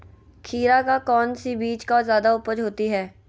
खीरा का कौन सी बीज का जयादा उपज होती है?